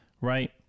right